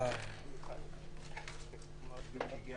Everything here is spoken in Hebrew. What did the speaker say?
הישיבה